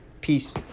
Peace